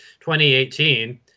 2018